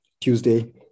Tuesday